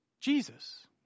Jesus